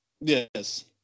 Yes